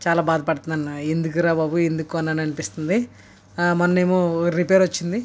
చాలా బాధపడుతున్న ఎందుకురా బాబు ఎందుకు కొన్నాను అని అనిపిస్తుంది మొన్న ఏమో రిపేర్ వచ్చింది